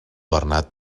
bernat